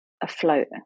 afloat